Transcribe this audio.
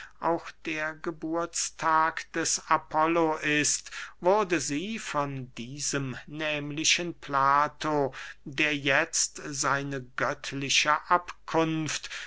auch der geburtstag des apollo ist wurde sie von dem nehmlichen plato der jetzt seine göttliche abkunft